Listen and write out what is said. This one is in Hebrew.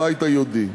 הבית היהודי,